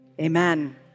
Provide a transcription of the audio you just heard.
Amen